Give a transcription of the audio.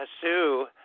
Sue